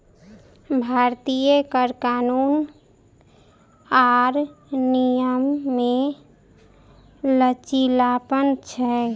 भारतीय कर कानून आर नियम मे लचीलापन छै